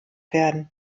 werden